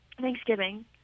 Thanksgiving